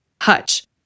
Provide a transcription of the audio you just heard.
Hutch